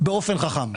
באופן חכם.